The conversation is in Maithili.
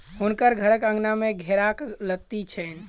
हुनकर घरक आँगन में घेराक लत्ती छैन